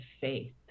faith